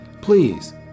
please